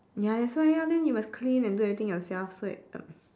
ya that's why ah then you must clean and do everything yourself